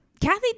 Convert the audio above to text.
Kathy